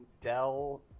Dell